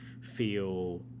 feel